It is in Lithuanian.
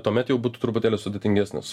tuomet jau būtų truputėlį sudėtingesnis